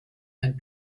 and